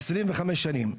עשרים וחמש שנים.